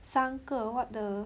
三个 what the